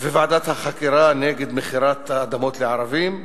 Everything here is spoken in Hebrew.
ועדת החקירה נגד מכירת אדמות לערבים,